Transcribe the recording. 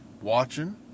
watching